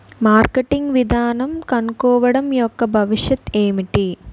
Marketing విధానం కనుక్కోవడం యెక్క భవిష్యత్ ఏంటి?